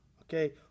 okay